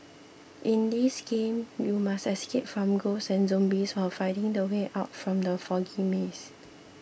in this game you must escape from ghosts and zombies while finding the way out from the foggy maze